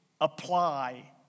apply